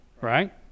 right